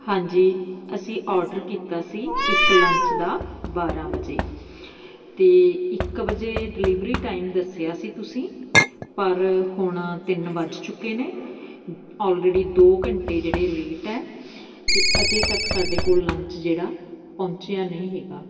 ਹਾਂਜੀ ਅਸੀਂ ਔਡਰ ਕੀਤਾ ਸੀ ਇੱਕ ਲੰਚ ਦਾ ਬਾਰਾਂ ਵਜੇ ਅਤੇ ਇੱਕ ਵਜੇ ਡਿਲੀਵਰੀ ਟਾਈਮ ਦੱਸਿਆ ਸੀ ਤੁਸੀਂ ਪਰ ਹੁਣ ਤਿੰਨ ਵੱਜ ਚੁੱਕੇ ਨੇ ਔਲਰੇਡੀ ਦੋ ਘੰਟੇ ਜਿਹੜੇ ਲੇਟ ਹੈ ਅਤੇ ਅਜੇ ਤੱਕ ਸਾਡੇ ਕੋਲ ਲੰਚ ਜਿਹੜਾ ਪਹੁੰਚਿਆ ਨਹੀਂ ਹੈਗਾ